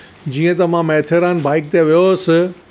जीअं त मां माथेरन बाइक ते वियो होसि